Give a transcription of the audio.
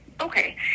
Okay